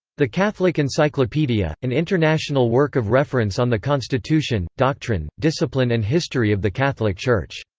the catholic encyclopedia an international work of reference on the constitution, doctrine, discipline and history of the catholic church.